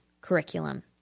curriculum